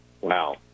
Wow